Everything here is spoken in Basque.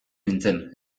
nintzen